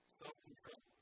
self-control